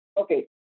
Okay